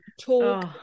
talk